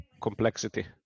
complexity